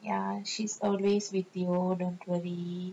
ya she's always with you don't worry